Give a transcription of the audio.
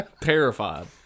Terrified